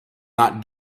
not